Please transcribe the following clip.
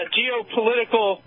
geopolitical